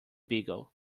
beagle